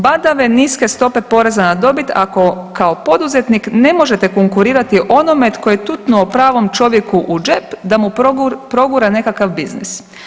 Badave niske stope poreza na dobit ako kao poduzetnik ne možete konkurirati onome tko je tutnuo pravom čovjeku u džep da mu progura nekakav biznis.